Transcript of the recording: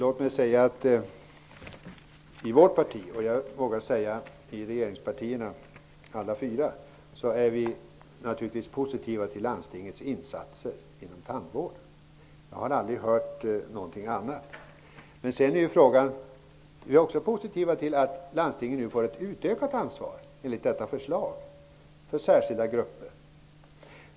Herr talman! I vårt parti -- och jag vågar säga i alla fyra regeringspartierna -- är vi naturligtvis positivt inställda till landstingets insatser inom tandvården. Jag har aldrig hört något annat. Vi ställer oss också positiva till att landstinget nu enligt detta förslag får ett utökat ansvar för särskilda grupper.